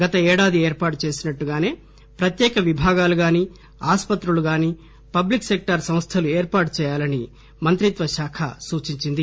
గత ఏడాది ఏర్పాటు చేసినట్టుగానే ప్రత్యేక విభాగాలు గాని ఆసుపత్రులు గాని పబ్లిక్ సెక్టార్ సంస్థలు ఏర్పాటుచేయాలని మంత్రిత్వశాఖ సూచించింది